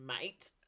mate